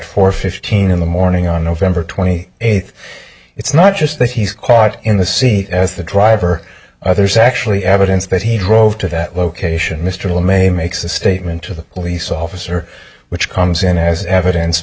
four fifteen in the morning on november twenty eighth it's not just that he's caught in the sea as the driver others actually evidence that he drove to that location mr le may makes a statement to the police officer which comes in as evidence